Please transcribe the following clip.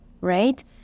right